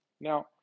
now